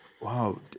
Wow